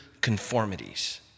conformities